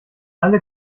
alle